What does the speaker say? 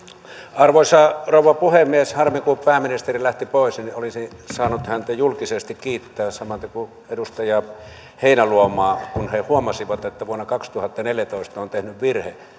arvoisa rouva puhemies harmi kun pääministeri lähti pois niin olisin saanut häntä julkisesti kiittää samaten kuin edustaja heinäluomaa kun he huomasivat että vuonna kaksituhattaneljätoista on tehty virhe